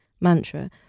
mantra